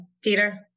Peter